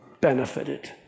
benefited